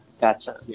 Gotcha